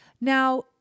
Now